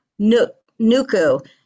Nuku